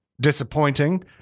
disappointing